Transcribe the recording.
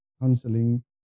counseling